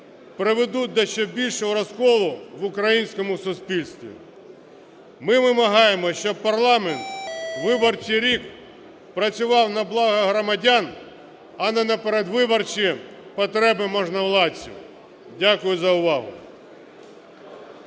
приведуть до ще більшого розколу в українському суспільстві. Ми вимагаємо, щоб парламент у виборчий рік працював на благо громадян, а не на передвиборчі потреби можновладців. Дякую за увагу.